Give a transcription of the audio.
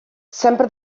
sempre